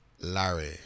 Larry